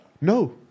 No